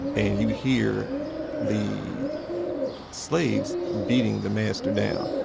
and you hear the slaves beating the master down.